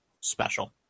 special